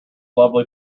lovely